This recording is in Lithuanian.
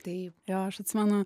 taip jo aš atsimenu